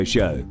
Show